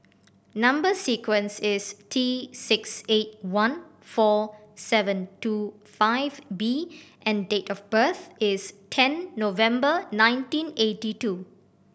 number sequence is T six eight one four seven two five B and date of birth is ten November nineteen eighty two